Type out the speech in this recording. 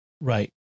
Right